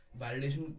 validation